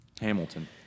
Hamilton